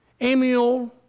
Amiel